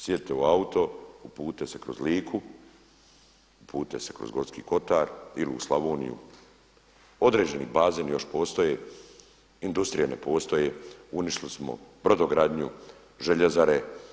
Sjedite u auto, uputite se kroz Liku, uputite se kroz Gorski kotar ili u Slavoniju, određeni … još postoje, industrije ne postoje, uništili smo brodogradnju, željezare.